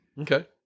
Okay